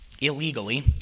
illegally